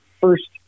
first